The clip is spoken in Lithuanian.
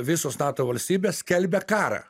visos nato valstybės skelbia karą